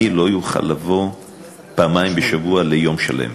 אני לא אוכל לבוא פעמיים בשבוע ליום שלם.